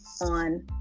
on